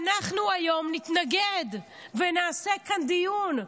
אנחנו היום נתנגד, ונעשה כאן דיון.